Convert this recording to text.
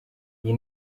iyi